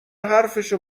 حرفشو